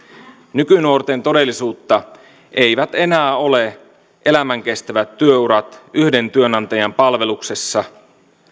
nykynuorten todellisuutta eivät enää ole elämän kestävät työurat yhden työnantajan palveluksessa